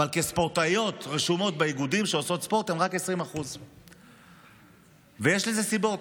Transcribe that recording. אבל כספורטאיות רשומות באיגודים שעושים ספורט הן רק 20%. יש לזה סיבות,